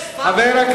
יש שר חוץ ישראלי,